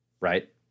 right